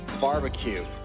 barbecue